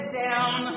down